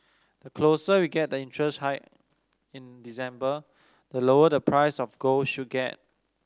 the closer we get to the interest hike in December the lower the price of gold should get